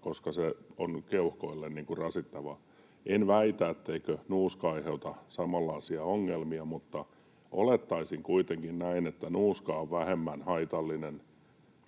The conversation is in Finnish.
koska se on keuhkoille rasittavaa. En väitä, etteikö nuuska aiheuta samanlaisia ongelmia, mutta olettaisin kuitenkin, että nuuska on vähemmän haitallinen